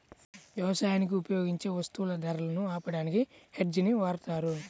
యవసాయానికి ఉపయోగించే వత్తువుల ధరలను ఆపడానికి హెడ్జ్ ని వాడతారు